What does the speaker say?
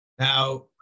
Now